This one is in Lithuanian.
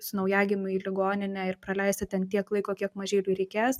su naujagimiu į ligoninę ir praleisti ten tiek laiko kiek mažyliui reikės